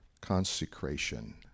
consecration